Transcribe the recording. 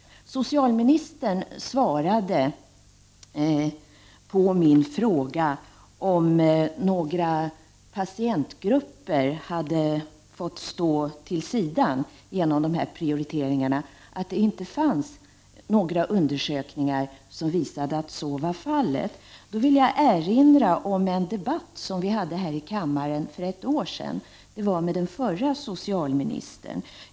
Socialministern svarade på min fråga om det fanns några patientgrupper som hade fått stå vid sidan på grund av dessa prioriteringar, att det inte fanns några undersökningar som visade att så var fallet. Jag vill då erinra om en debatt som vi hade i kammaren för ett år sedan med den förra socialministern.